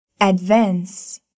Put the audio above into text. Advance